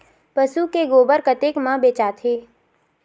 पशु के गोबर कतेक म बेचाथे?